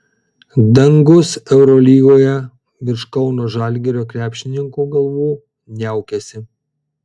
dangus eurolygoje virš kauno žalgirio krepšininkų galvų niaukiasi